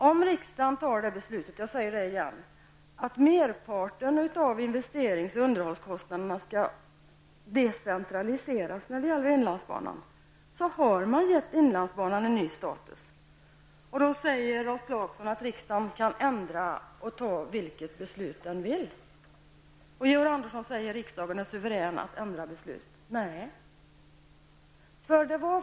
Om riksdagen tar beslutet att merparten av investerings och underhållskostnaderna skall decentraliseras när det gäller inlandsbanan, har man givit inlandsbanan en ny status. Rolf Clarksson säger att riksdagen kan ändra sig och fatta vilket beslut den vill. Georg Andersson säger att riksdagen är suverän att ändra beslut. Nej.